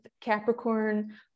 Capricorn